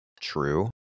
true